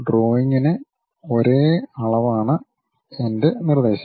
ഡ്രോയിംഗിന് ഒരേ അളവാണ് എന്റെ നിർദ്ദേശം